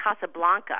Casablanca